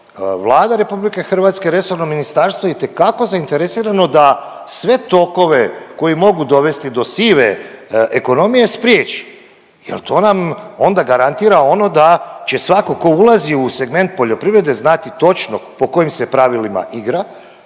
Vlada RH, resorno ministarstvo je itekako zainteresirano da sve tokove koji mogu dovesti do sive ekonomije spriječi jer to nam onda garantira ono da će svatko tko ulazi u segment poljoprivrede znati točno po kojim se pravilima igra,